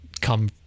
come